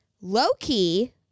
Low-key